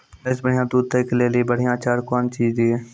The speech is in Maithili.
भैंस बढ़िया दूध दऽ ले ली बढ़िया चार कौन चीज दिए?